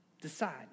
Decide